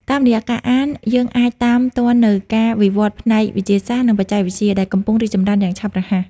តាមរយៈការអាន យើងអាចតាមទាន់នូវការវិវឌ្ឍន៍ផ្នែក វិទ្យាសាស្ត្រ និងបច្ចេកវិទ្យា ដែលកំពុងរីកចម្រើនយ៉ាងឆាប់រហ័ស។